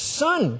son